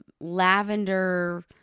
lavender